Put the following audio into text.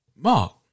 Mark